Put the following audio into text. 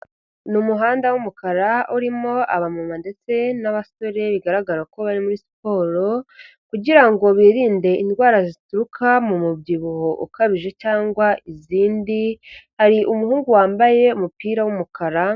Ni umuhanda w'umukara urimo abamama ndetse n'abasore bigaragara ko bari muri siporo, kugira ngo birinde indwara zituruka mu mubyibuho ukabije cyangwa izindi, hari umuhungu wambaye umupira w'umukara.